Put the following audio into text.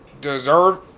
deserve